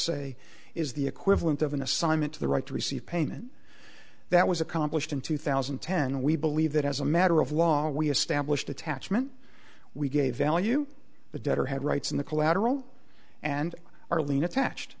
say is the equivalent of an assignment to the right to receive payment that was accomplished in two thousand and ten we believe that as a matter of law we established attachment we gave value the debtor had rights in the collateral and arlene attached